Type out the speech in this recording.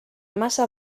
massa